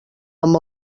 amb